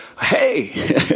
Hey